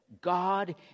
God